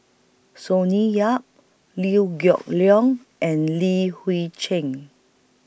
Sonny Yap Liew Geok Leong and Li Hui Cheng